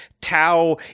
Tau